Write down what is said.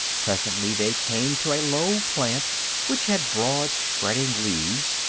presently they came to a low plant which had broad, spreading leaves,